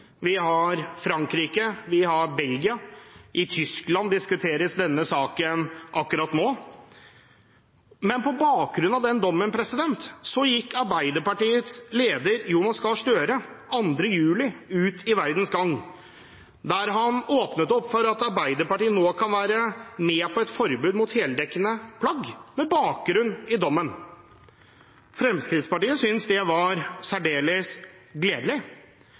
Vi har Frankrike, vi har Belgia, og i Tyskland diskuteres denne saken akkurat nå. På bakgrunn av den dommen gikk Arbeiderpartiets leder, Jonas Gahr Støre, 2. juli ut i Verdens Gang og åpnet opp for at Arbeiderpartiet nå kunne være med på et forbud mot heldekkende plagg, med bakgrunn i dommen. Fremskrittspartiet synes det var særdeles gledelig,